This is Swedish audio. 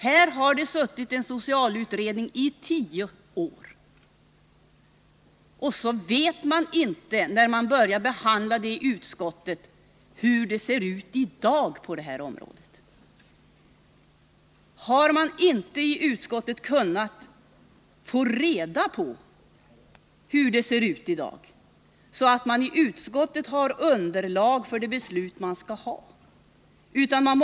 Här har en socialutredning suttit i 10 år, och när behandlingen börjar i utskottet vet man inte hur det i dag ser ut på det här området. Har man inte i utskottet kunnat få reda på hur det ser ut i dag, så att utskottet har underlag för de förslag som skall läggas fram?